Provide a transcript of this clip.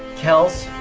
kels?